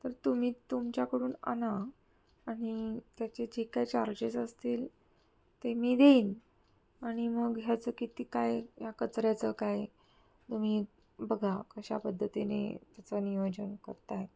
तर तुम्ही तुमच्याकडून आणा आणि त्याचे जे काय चार्जेस असतील ते मी देईन आणि मग ह्याचं किती काय या कचऱ्याचं काय तुम्ही बघा कशा पद्धतीने त्याचं नियोजन करत आहे